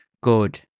good